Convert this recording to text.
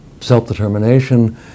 self-determination